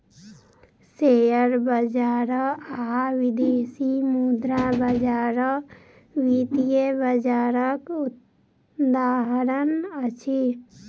share बजार आ विदेशी मुद्रा बजार वित्तीय बजारक उदाहरण अछि